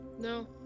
No